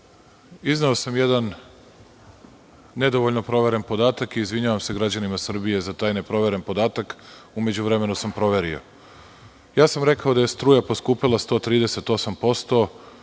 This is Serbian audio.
Izneo sam jedan nedovoljno proveren podatak i izvinjavam se građanima Srbije za taj neproveren podatak. U međuvremenu sam proverio. Rekao sam da je struja poskupela 138%.